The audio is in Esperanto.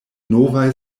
novaj